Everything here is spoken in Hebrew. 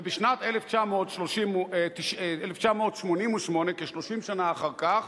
ובשנת 1988, כ-30 שנה אחר כך,